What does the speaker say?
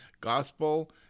gospel